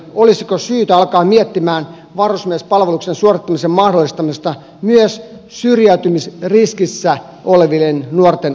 olisiko syytä alkaa miettiä varusmiespalveluksen suorittamisen mahdollistamista myös syrjäytymisriskissä olevien nuorten osalta